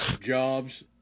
jobs